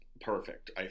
perfect